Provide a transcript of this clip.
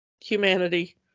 humanity